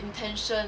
intention